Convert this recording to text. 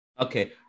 Okay